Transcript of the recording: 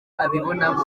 abibonamo